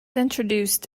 introduced